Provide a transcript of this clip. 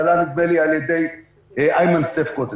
זה עלה, נדמה לי, על ידי אימן סייף קודם.